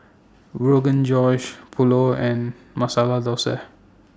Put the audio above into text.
Rogan Josh Pulao and Masala Dosa